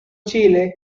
chile